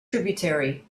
tributary